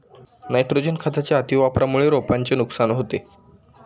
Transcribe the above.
nitrogen खताच्या अतिवापरामुळे रोपांचे नुकसान होते